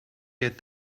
get